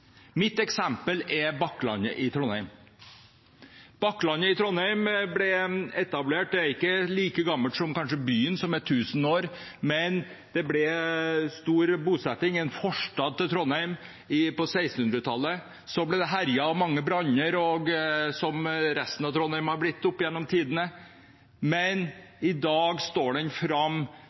Mitt eksempel er Bakklandet i Trondheim. Området er ikke like gammelt som byen, som kanskje er 1 000 år, men det ble stor bosetting i denne forstaden til Trondheim på 1600-tallet. Så ble området herjet av mange branner, som resten av Trondheim har blitt opp igjennom tidene, men i dag står bydelen fram